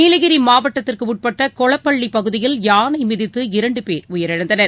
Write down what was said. நீலகிரி மாவட்டத்திற்கு உட்பட்ட கொளப்பள்ளி பகுதியில் யானை மிதித்து இரண்டு பேர் உயிரிழந்தனர்